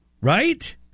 right